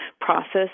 process